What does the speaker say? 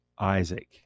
Isaac